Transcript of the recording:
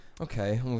okay